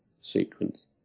sequence